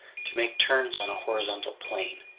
to make turns on a horizontal plane,